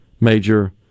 major